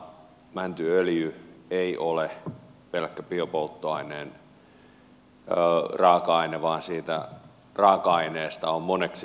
mäntyöljy ei ole pelkkä biopolttoaineen raaka aine vaan siitä raaka aineesta on moneksi muuksi